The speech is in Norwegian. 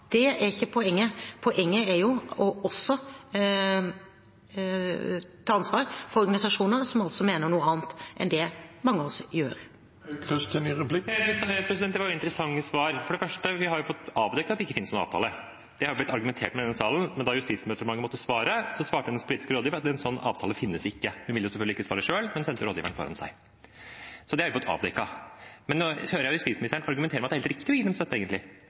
Det er ikke poenget. Poenget er å ta ansvar også for organisasjoner som mener noe annet enn det mange av oss gjør. Det var interessante svar. For det første har vi fått avdekket at det ikke finnes noen avtale. Det er det blitt argumentert med i denne salen, men da Justisdepartementet måtte svare, svarte hennes politiske rådgiver at en slik avtale ikke finnes. Hun ville selvfølgelig ikke svare selv, men sendte rådgiveren foran seg – så det har vi fått avdekket. Nå hører jeg justisministeren argumentere med at det er helt riktig å